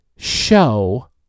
show